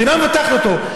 המדינה מבטחת אותו.